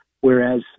whereas